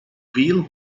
weil